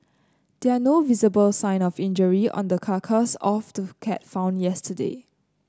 there no visible sign of injury on the carcass of the cat found yesterday